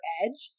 edge